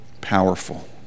powerful